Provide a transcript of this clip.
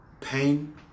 pain